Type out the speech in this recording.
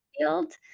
field